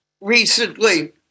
recently